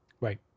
right